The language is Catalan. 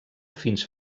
fins